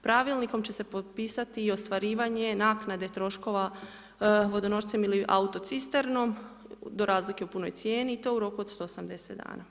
Pravilnikom će se propisati i ostvarivanje naknade troškova vodonošcem ili autocisternom, do razlike u punoj cijeni i to u roku od 180 dana.